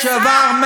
צריך לעשות להם